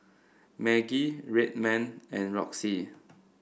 Maggi Red Man and Roxy